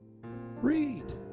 Read